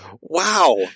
wow